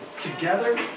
together